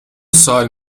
سوال